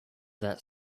that